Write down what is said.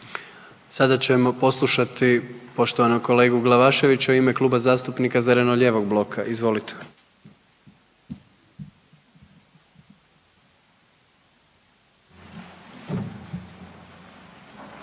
Sada ćemo poslušati poštovanog kolegu Glavaševića u ime Kluba zastupnika Zeleno lijevog bloka. Izvolite.